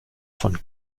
von